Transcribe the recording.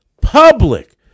public